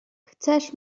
chcesz